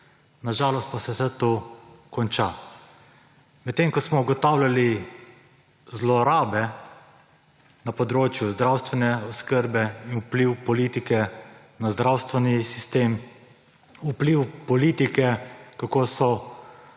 Na žalost pa se vse to konča. Medtem ko smo ugotavljali zlorabe na področju zdravstvene oskrbe in vpliv politike na zdravstveni sistem, vpliv politike, kako so